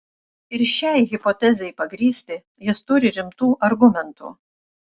ir šiai hipotezei pagrįsti jis turi rimtų argumentų